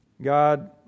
God